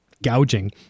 gouging